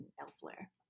elsewhere